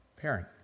parent